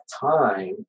time